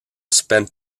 spent